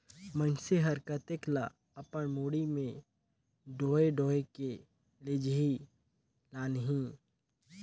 मइनसे हर कतेक ल अपन मुड़ी में डोएह डोएह के लेजही लानही